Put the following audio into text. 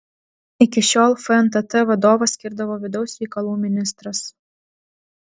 iki šiol fntt vadovą skirdavo vidaus reikalų ministras